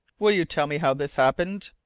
will you tell me how this happened?